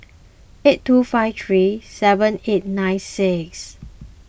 eight two five three seven eight nine six